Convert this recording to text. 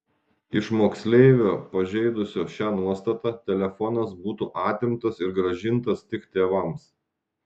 iš moksleivio pažeidusio šią nuostatą telefonas būtų atimtas ir grąžintas tik tėvams